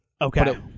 Okay